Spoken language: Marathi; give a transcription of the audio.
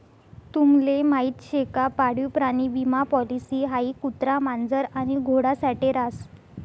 तुम्हले माहीत शे का पाळीव प्राणी विमा पॉलिसी हाई कुत्रा, मांजर आणि घोडा साठे रास